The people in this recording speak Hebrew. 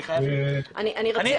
אני רוצה להגיד עוד משהו.